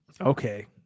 okay